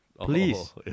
please